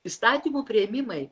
įstatymų priėmimai